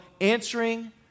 answering